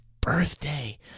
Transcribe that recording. birthday